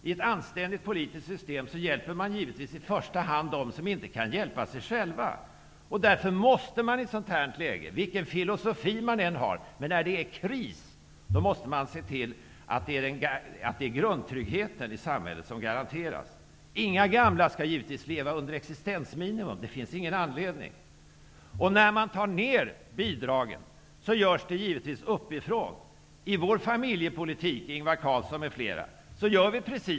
I ett anständigt politiskt system hjälper man givetvis i första hand dem som inte kan hjälpa sig själva. Därför måste man i ett sådant här läge, vilken filosofi man än har, när det är kris, se till att grundtryggheten i samhället garanteras. Inga gamla skall leva under existensminimum -- det finns ingen anledning. När man måste dra ned bidragen görs det givetvis uppifrån. I vårt förslag om familjepolitiken gör vi precis det, Ingvar Carlsson m.fl.!